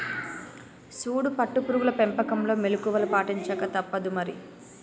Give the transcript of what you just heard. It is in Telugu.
సూడు పట్టు పురుగుల పెంపకంలో మెళుకువలు పాటించక తప్పుదు మరి